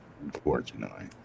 Unfortunately